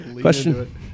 Question